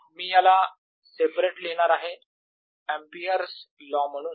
मी याला सेपरेट लिहिणार आहे एम्पिअर्स लॉ Ampere's law म्हणून